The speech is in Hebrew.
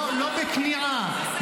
לא בכניעה,